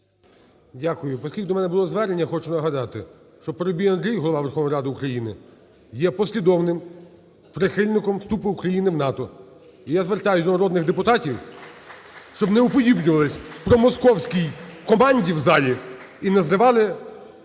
Дякую. Оскільки до мене було звернення, хочу нагадати, що Парубій Андрій, Голова Верховної Ради України, є послідовним прихильником вступу України в НАТО. І я звертаюся до народних депутатів, щоб не уподібнювались промосковській команді у залі і не зривали